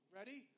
Ready